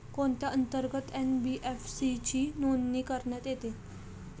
कोणत्या अंतर्गत एन.बी.एफ.सी ची नोंदणी करण्यात येते?